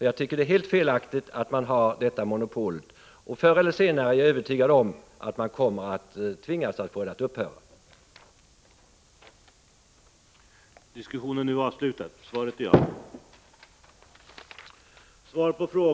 Jag tycker att det är helt felaktigt att man har detta monopol, och jag är övertygad om att man förr eller senare kommer att tvingas upphöra med det.